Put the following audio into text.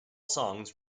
songs